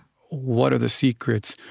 what are the secrets,